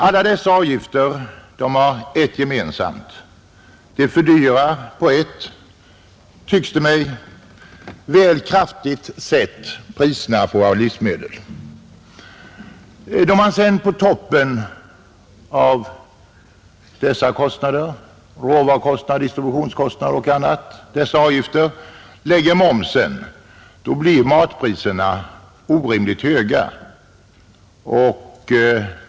Alla dessa avgifter har ett gemensamt: de fördyrar alltför kraftigt — tycks det mig — våra livsmedel, Då man sedan på toppen av dessa kostnader — råvarukostnader, distributionskostnader och dessa avgifter — lägger momsen blir matpriserna orimligt höga.